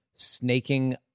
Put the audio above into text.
snaking